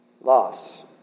loss